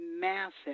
massive